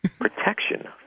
protection